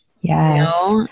Yes